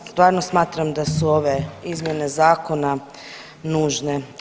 Ja stvarno smatram da su ove izmjene zakona nužne.